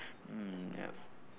mm yup